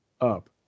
up